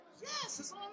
Yes